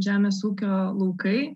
žemės ūkio laukai